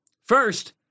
First